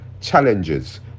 challenges